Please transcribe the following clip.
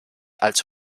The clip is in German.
als